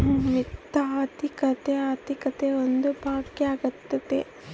ವಿತ್ತ ಆರ್ಥಿಕತೆ ಆರ್ಥಿಕತೆ ಒಂದು ಭಾಗ ಆಗ್ಯತೆ